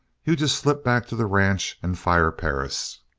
you just slip back to the ranch and fire perris.